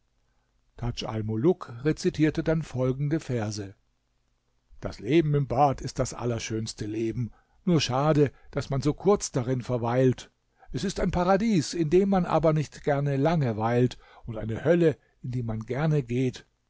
tadj almuluk rezitierte dann folgende verse das leben im bad ist das allerschönste leben nur schade daß man so kurz darin verweilt es ist ein paradies in dem man aber nicht gern lange weilt und eine hölle in die man gerne geht